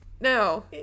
no